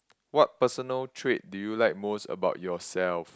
what personal trait do you like most about yourself